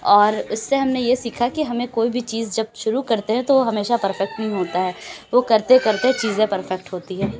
اور اِس سے ہم نے یہ سیکھا کہ ہمیں کوئی بھی چیز جب شروع کرتے ہیں تو وہ ہمیشہ پرفیکٹ نہیں ہوتا وہ کرتے کرتے چیزیں پرفیکٹ ہوتی ہیں